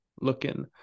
looking –